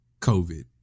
COVID